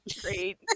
Great